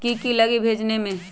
की की लगी भेजने में?